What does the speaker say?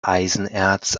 eisenerz